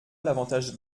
l’avantage